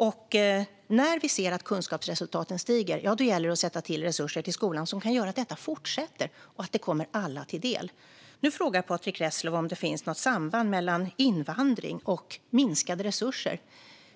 När vi nu ser att kunskapsresultaten stiger gäller det att sätta till resurser till skolan som kan göra att detta fortsätter och att det kommer alla till del. Patrick Reslow frågar om det finns något samband mellan invandring och minskade resurser.